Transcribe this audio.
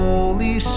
Holy